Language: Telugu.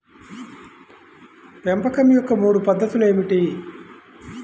పెంపకం యొక్క మూడు పద్ధతులు ఏమిటీ?